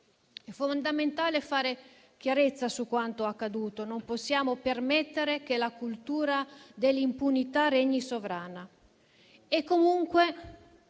È fondamentale fare chiarezza su quanto accaduto. Non possiamo permettere che la cultura dell'impunità regni sovrana.